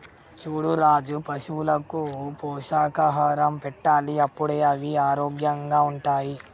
చూడు రాజు పశువులకు పోషకాహారం పెట్టాలి అప్పుడే అవి ఆరోగ్యంగా ఉంటాయి